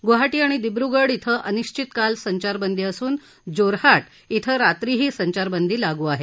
गुवाहाटी आणि दिब्रगड इथं अनिश्चितकाल संचारबंदी असून जोरहाट इथं रात्रीही संचारबंदी लागू आहे